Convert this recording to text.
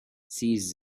seize